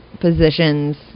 positions